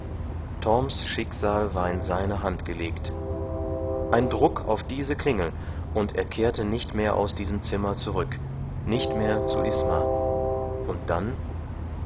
schicksal war in seine hand gelegt ein druck auf diese klingel und er kehrte nicht mehr aus diesem zimmer zurück nicht mehr zu isma und dann